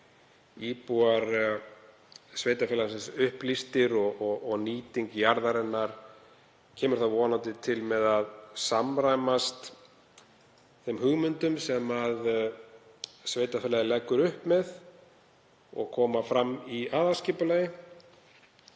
íbúar sveitarfélagsins einnig upplýstir, og nýting jarðarinnar kemur þá vonandi til með að samræmast þeim hugmyndum sem sveitarfélagið leggur upp með og koma fram í aðalskipulagi.